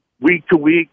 week-to-week